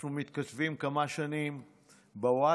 אנחנו מתכתבים כמה שנים בווטסאפ.